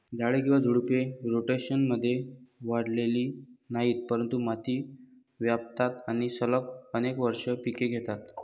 झाडे किंवा झुडपे, रोटेशनमध्ये वाढलेली नाहीत, परंतु माती व्यापतात आणि सलग अनेक वर्षे पिके घेतात